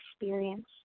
experience